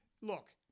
Look